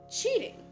cheating